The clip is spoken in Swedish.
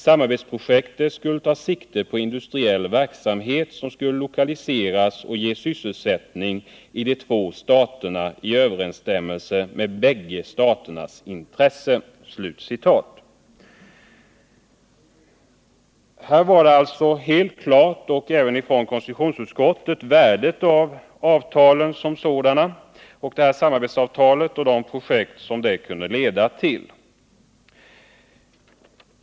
Samarbetsprojekten skulle ta sikte på industriell verksamhet som skulle lokaliseras och ge sysselsättning i de två staterna i överensstämmelse med bägge staters intressen.” Även inom konstitutionsutskottet var det alltså helt klart beträffande värdet av samarbetsavtalet och de projekt som detta kunde leda till.